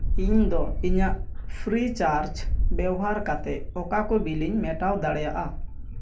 ᱤᱧ ᱫᱚ ᱤᱧᱟᱜ ᱯᱷᱨᱤᱪᱟᱨᱡᱽ ᱵᱮᱣᱦᱟᱨ ᱠᱟᱛᱮ ᱚᱠᱟ ᱠᱚ ᱵᱤᱞᱤᱧ ᱢᱮᱴᱟᱣ ᱫᱟᱲᱮᱭᱟᱜᱼᱟ